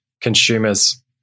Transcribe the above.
consumers